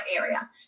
area